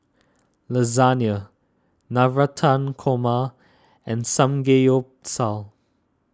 Lasagna Navratan Korma and Samgeyopsal